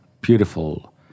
beautiful